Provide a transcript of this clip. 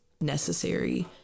necessary